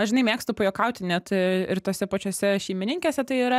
aš žinai mėgstu pajuokauti net ir tose pačiose šeimininkėse tai yra